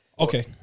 Okay